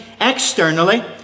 externally